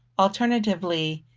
alternatively,